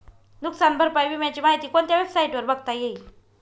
नुकसान भरपाई विम्याची माहिती कोणत्या वेबसाईटवर बघता येईल?